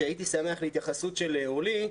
שהייתי שמח להתייחסות של אורלי אליו,